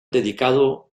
dedicado